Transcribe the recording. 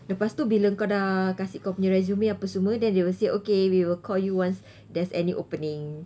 lepas tu bila kau dah kasih kau punya resume apa semua then they will say okay we will call you once there's any opening